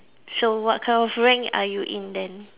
so what kind of rank are you in then